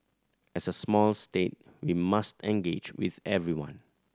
as a small state we must engage with everyone